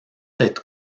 être